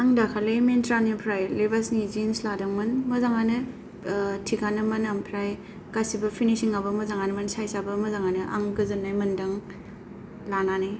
आं दाखालि मिनट्रानिफ्राय लिभासनि जिन्स लादोंमोन मोजाङानो थिगानोमोन ओमफ्राय गासिबो फिनिसिंआबो मोजाङानोमोन साइजाबो मोजाङानो आं गोजोननाय मोनदों लानानै